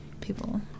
people